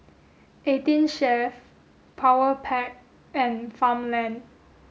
Eighteen Chef Powerpac and Farmland